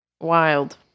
Wild